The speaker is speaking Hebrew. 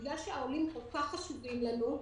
בגלל שהעולים כל כך חשובים לנו,